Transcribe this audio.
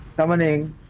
governing